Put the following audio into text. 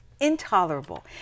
intolerable